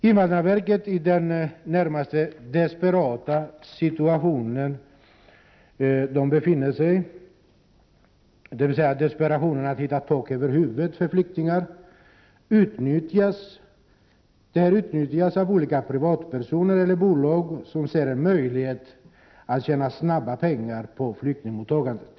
Invandrarverket befinner sig i en närmast desperat situation när det gäller att hitta tak över huvudet för flyktingarna. Denna situation utnyttjas av olika privatpersoner och bolag som ser en möjlighet att tjäna snabba pengar på flyktingmottagandet.